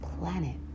planet